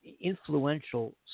influential